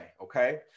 okay